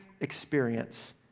experience